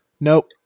nope